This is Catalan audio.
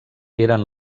eren